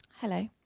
hello